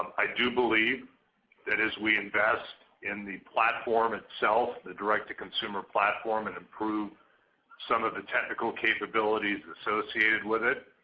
i do believe that as we invest in the platform itself, the direct-to-consumer platform and improve some of the technical capabilities associated with it,